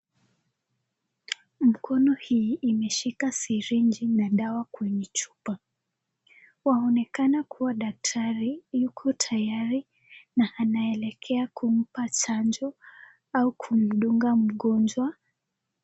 Mkono hii imeshika sirinji na dawa kwenye chupa. Waonekana kuwa daktari yuko tayari na anaelekea kumpa chanjo au kumdunga mgonjwa.